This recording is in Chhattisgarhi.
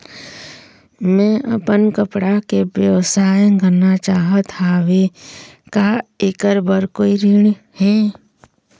मैं अपन कपड़ा के व्यवसाय करना चाहत हावे का ऐकर बर कोई ऋण हे?